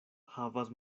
havas